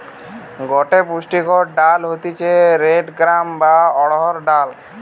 গটে পুষ্টিকর ডাল হতিছে রেড গ্রাম বা অড়হর ডাল